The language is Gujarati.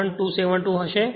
272 હશે